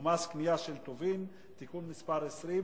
ומס קנייה על טובין (תיקון מס' 20),